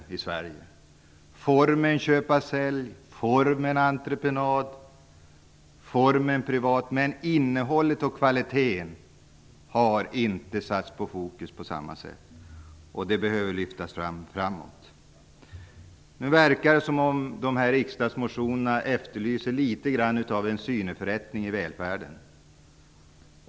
Man har talat om formen köp-och-sälj, formen entreprenad, formen privat ägande, men innehållet och kvaliteten har inte fokuserats på samma sätt. De behöver nu lyftas fram. Det verkar som om man i de här riksdagsmotionerna efterlyser litet av en synförändring i välfärden.